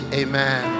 amen